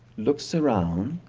looks around,